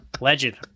Legend